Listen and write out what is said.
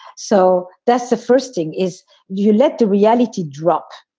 so that's the first thing is you let the reality drop,